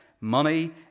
money